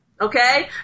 Okay